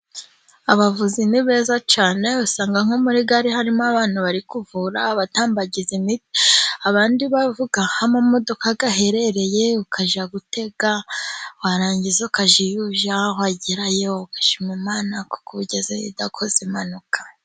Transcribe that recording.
Abavuzi ni beza cyane, usanga nko muri gare harimo abantu bari kuvura batambagiza imiti, abandi bavuga aho amamodoka aherereye, ukajya gutega, warangiza ukajya iyo ujya, wagerayo ugashima Imana kuko ugezeyo udakoze impanuka.